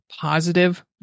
positive